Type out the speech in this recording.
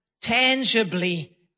tangibly